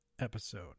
episode